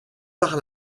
par